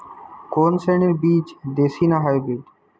কোন শ্রেণীর বীজ দেশী না হাইব্রিড?